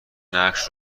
نقش